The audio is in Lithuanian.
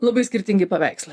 labai skirtingi paveikslai